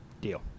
Deal